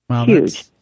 Huge